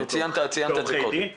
ציינת קודם.